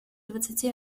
двадцати